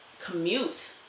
commute